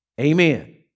Amen